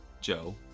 Joe